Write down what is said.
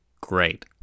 great